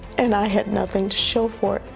and i had nothing to show for it.